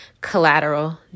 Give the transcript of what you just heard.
collateral